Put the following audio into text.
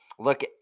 Look